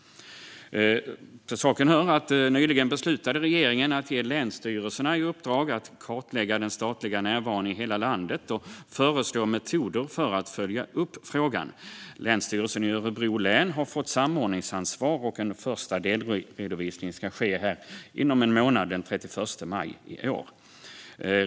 Till saken hör att regeringen nyligen beslutade att ge länsstyrelserna i uppdrag att kartlägga den statliga närvaron i hela landet och föreslå metoder för att följa upp frågan. Länsstyrelsen i Örebro län har fått samordningsansvar, och en första delredovisning ska ske inom cirka en månad, den 31 maj i år.